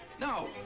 No